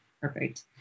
Perfect